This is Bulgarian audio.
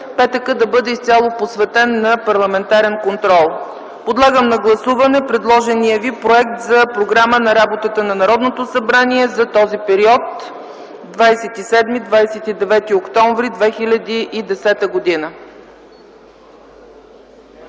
петък да бъде изцяло посветен на парламентарен контрол. Подлагам на гласуване предложения ви проект за Програма за работата на Народното събрание за периода 27-29 октомври 2010 г.